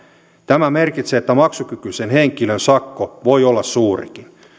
tämä merkitsee että maksukykyisen henkilön sakko voi olla suurikin